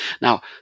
now